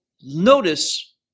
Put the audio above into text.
notice